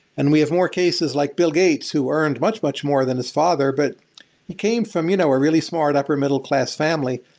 and we have more cases like bill gates who earned much, much more than his father, but he came from you know a really smart upper middle class family.